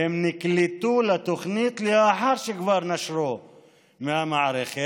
והם נקלטו לתוכנית לאחר שכבר נשרו מהמערכת.